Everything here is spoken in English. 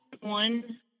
one